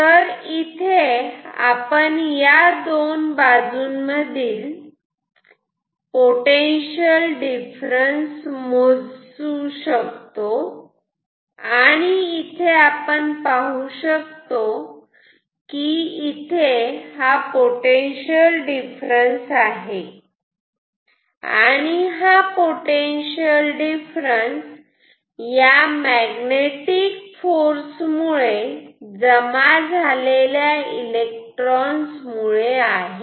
आणि जर आता आपण या दोन बाजून मधील पोटेन्शिअल डिफरन्स मोजला तर आपण पाहू शकतो की तिथे पोटेन्शिअल डिफरन्स आहे आणि हा पोटेन्शिअल डिफरन्स या मॅग्नेटिक फोर्स मुळे जमा झालेल्या इलेक्ट्रॉन्स मुळे आहे